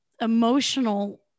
emotional